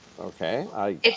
Okay